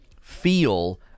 feel